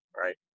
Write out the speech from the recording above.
right